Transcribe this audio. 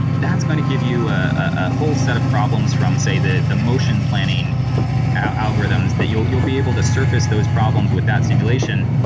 that's going to give you a whole set of problems from, say, the the motion planning algorithms, that you'll you'll be able to surface those problems with that simulation,